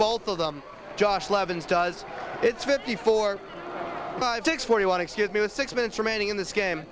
both of them josh levin's does it's fifty four five six forty one excuse me with six minutes remaining in this game